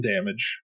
damage